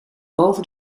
boven